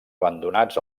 abandonats